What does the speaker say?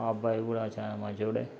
ఆ అబ్బాయి కూడా చాలా మంచోడే